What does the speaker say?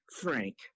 Frank